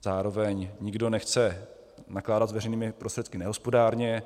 Zároveň nikdo nechce nakládat s veřejnými prostředky nehospodárně.